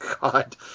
God